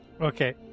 Okay